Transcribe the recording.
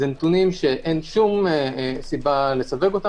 אין שום סיבה לסווגם.